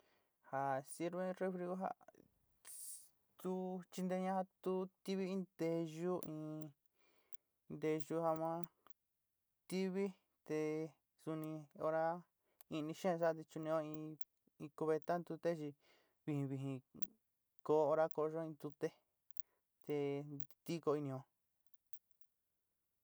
Ja sirve in refri ku ja sss tuú chinteña tuú tivi inn nteyu, in nteyu ja má tívi te suni horá íini xeén saá te chu'unio in cubeta ntuté chi vijin vijin kó hora ko'oyo in ntute te ntikó inío.